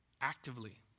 actively